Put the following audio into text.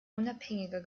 unabhängiger